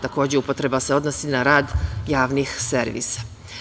Takođe, upotreba se odnosi na rad javnih servisa.